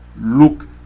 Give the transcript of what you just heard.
Look